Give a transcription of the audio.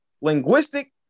Linguistic